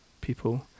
people